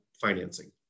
financing